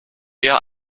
eher